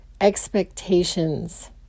expectations